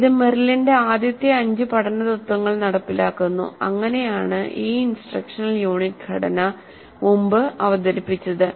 ഇത് മെറിലിന്റെ ആദ്യത്തെ അഞ്ച് പഠന തത്ത്വങ്ങൾ നടപ്പിലാക്കുന്നു അങ്ങനെയാണ് ഈ ഇൻസ്ട്രക്ഷണൽ യൂണിറ്റ് ഘടന മുമ്പ് അവതരിപ്പിച്ചത്